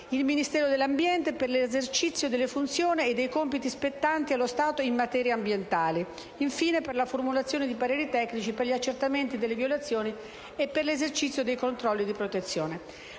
il Ministero dell'ambiente per l'esercizio delle funzioni e dei compiti spettanti allo Stato in materia ambientale, infine, per la formulazione di pareri tecnici, per gli accertamenti delle violazioni e per l'esercizio dei controlli sulla protezione.